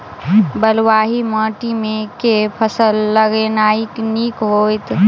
बलुआही माटि मे केँ फसल लगेनाइ नीक होइत?